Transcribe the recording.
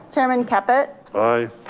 chair and caput. aye.